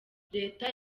leta